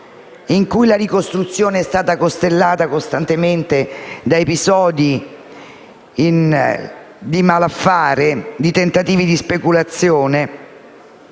in cui la ricostruzione ha faticato ed è stata costellata costantemente da episodi di malaffare, da tentativi di speculazione.